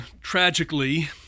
tragically